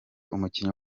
umukinnyi